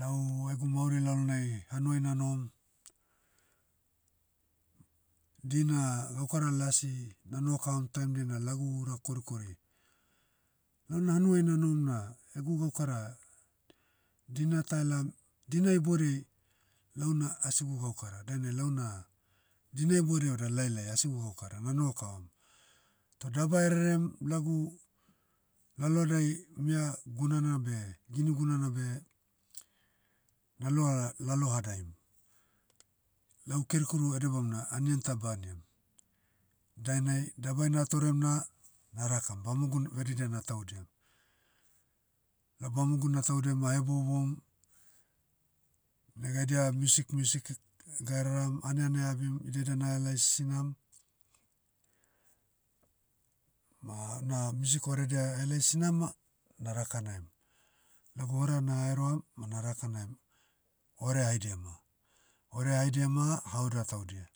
Lau egu mauri lalonai hanuai nanohom, dina gaukara lasi, nanoho kavam taim'diai na lagu ura korikori. Launa hanuai nanohom na, egu gaukara, dina ta elam- dina iboudei, launa asigu gaukara dainai launa, dina iboudei vada lailai asigu gaukara na noho kavam. Toh daba rerem, lagu, lalohadai mia gunana beh- gini gunana beh, naloa lalohadaim. Lau kerukeru ede bamona anian ta baniam. Dainai dabai natorem na, narakam bamogun veridia na tahudiam. Lau bamogu na tahudiam ahebouboum, negaidia music music k- gadaram, aneane abim idiada na helai sisinam, ma una music oredia ahelai sinam ma, naraka naim. Lagu hora na heroam, ma naraka naim, orea haidia ma. Orea haidia ma, haoda taudia.